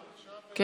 מתן.